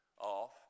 off